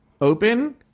open